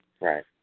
Right